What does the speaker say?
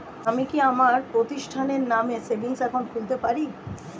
আমি কি আমার প্রতিষ্ঠানের নামে সেভিংস একাউন্ট খুলতে পারি?